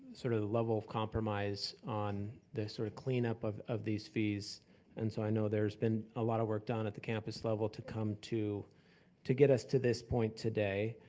sort of level of compromise on this sort of cleanup of of these fees and so i know there has been a lot of work done at the campus level to come to to get us to this point today.